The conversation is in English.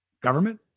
Government